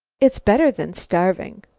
it's better than starving.